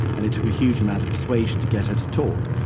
and it took a huge amount of persuasion to get her to talk.